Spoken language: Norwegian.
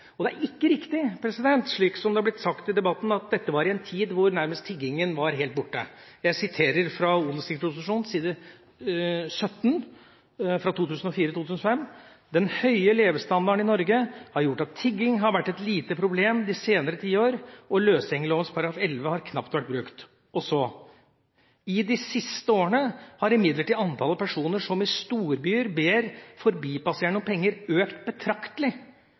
bruke. Det er ikke riktig, som det har blitt sagt i debatten, at dette var en tid hvor tiggingen nærmest var helt borte. I Ot.prp. nr. 113 for 2004–2005 står det på side 17: «Den høye levestandarden i Norge har gjort at tigging har vært et lite problem de senere tiår, og løsgjengerloven § 11 har knapt vært brukt. I de siste årene har imidlertid antallet personer som i storbyer ber forbipasserende om penger, økt betraktelig,